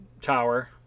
tower